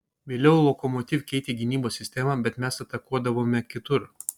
vėliau lokomotiv keitė gynybos sistemą bet mes atakuodavome kitur